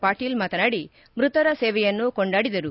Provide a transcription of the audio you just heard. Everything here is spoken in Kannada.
ಪಾಟೀಲ್ ಮಾತನಾಡಿ ಮೃತರ ಸೇವೆಯನ್ನು ಕೊಂಡಾಡಿದರು